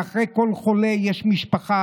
מאחורי כל חולה יש משפחה,